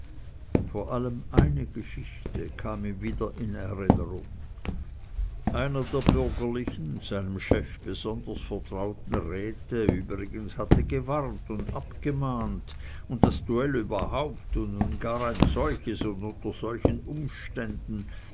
vor allem eine geschichte kam ihm wieder in erinnerung einer der bürgerlichen seinem chef besonders vertrauten räte übrigens hatte gewarnt und abgemahnt und das duell überhaupt und nun gar ein solches und unter solchen umständen